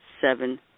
seven